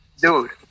Dude